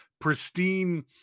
pristine